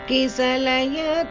Kisalaya